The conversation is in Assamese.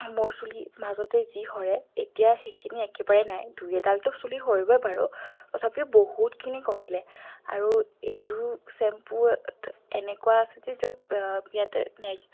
মোৰ চুলি মাজতে যি সৰে এতিয়া সেইখিনি একেবাৰেই নাই দুই এডালটো চুলি সৰিবই বাৰু তথাপিও বহুতখিনি কমিলে আৰু এইটো শ্বেম্পু এনেকুৱা আছে যে য'ত ইয়াতে